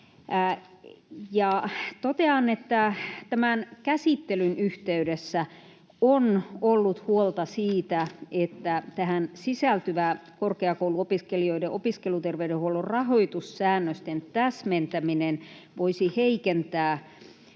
Totean, että tämän käsittelyn yhteydessä on ollut huolta siitä, että tähän sisältyvä korkeakouluopiskelijoiden opiskeluterveydenhuollon rahoitussäännösten täsmentäminen voisi heikentää